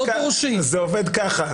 זה עובד כך: